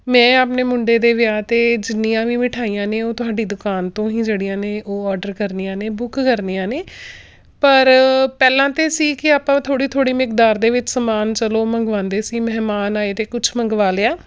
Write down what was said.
ਮੈਂ ਆਪਣੇ ਮੁੰਡੇ ਦੇ ਵਿਆਹ 'ਤੇ ਜਿੰਨੀਆਂ ਵੀ ਮਿਠਾਈਆਂ ਨੇ ਉਹ ਤੁਹਾਡੀ ਦੁਕਾਨ ਤੋਂ ਹੀ ਜਿਹੜੀਆਂ ਨੇ ਉਹ ਔਡਰ ਕਰਨੀਆਂ ਨੇ ਬੁੱਕ ਕਰਨੀਆਂ ਨੇ ਪਰ ਪਹਿਲਾਂ ਤਾਂ ਸੀ ਕਿ ਆਪਾਂ ਥੋੜ੍ਹੀ ਥੋੜ੍ਹੀ ਮਿਕਦਾਰ ਦੇ ਵਿੱਚ ਸਮਾਨ ਚਲੋ ਮੰਗਵਾਉਂਦੇ ਸੀ ਮਹਿਮਾਨ ਆਏ ਅਤੇ ਕੁਛ ਮੰਗਵਾ ਲਿਆ